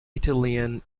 italian